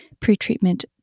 pretreatment